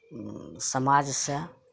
समाज सऽ